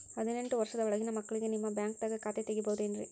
ಹದಿನೆಂಟು ವರ್ಷದ ಒಳಗಿನ ಮಕ್ಳಿಗೆ ನಿಮ್ಮ ಬ್ಯಾಂಕ್ದಾಗ ಖಾತೆ ತೆಗಿಬಹುದೆನ್ರಿ?